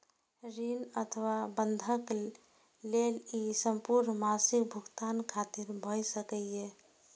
ऋण अथवा बंधक लेल ई संपूर्ण मासिक भुगतान खातिर भए सकैए